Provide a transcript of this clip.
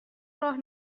بدهید